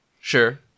Sure